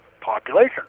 population